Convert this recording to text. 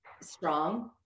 strong